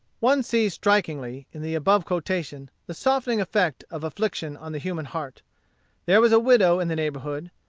one sees strikingly, in the above quotation, the softening effect of affliction on the human heart there was a widow in the neighborhood,